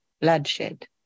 bloodshed